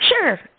Sure